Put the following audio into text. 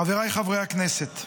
חבריי חברי הכנסת,